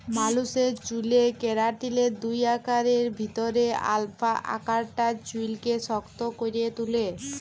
মালুসের চ্যুলে কেরাটিলের দুই আকারের ভিতরে আলফা আকারটা চুইলকে শক্ত ক্যরে তুলে